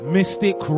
Mystic